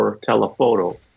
telephoto